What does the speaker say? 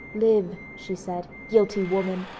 live, she said, guilty woman!